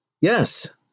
Yes